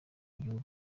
igihugu